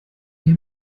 hier